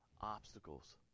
obstacles